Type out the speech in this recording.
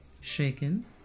Shaken